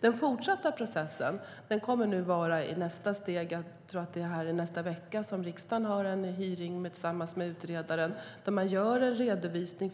Den fortsatta processen kommer i nästa steg att vara en redovisning. Jag tror att det är i nästa vecka som riksdagen har en hearing tillsammans med utredaren.